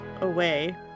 away